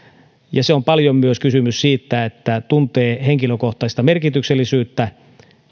ja siinä on paljon kysymys myös siitä että tuntee henkilökohtaista merkityksellisyyttä